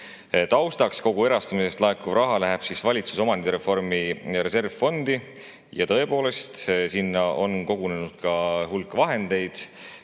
Taustaks: kogu erastamisest laekuv raha läheb valitsuse omandireformi reservfondi. Tõepoolest, sinna on kogunenud hulk vahendeid.